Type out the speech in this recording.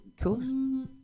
Cool